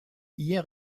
hier